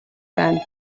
байна